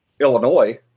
illinois